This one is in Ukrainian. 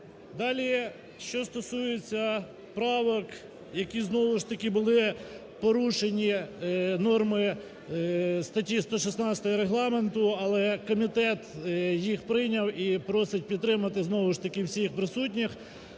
Далі що стосується правок, які знову ж таки були порушені, норми статті 116 Регламенту. Але комітет їх прийняв і просить підтримати знову ж таки всіх присутніх,